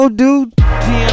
dude